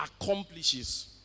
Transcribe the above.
accomplishes